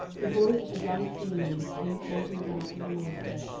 the voice of the young seaman came floating down from the masthead,